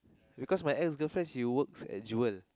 because my ex-girlfriend she works at jewel